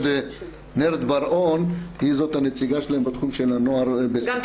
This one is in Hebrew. נרד בר-און זאת הנציגה שלהם בתחום של הנוער בסיכון.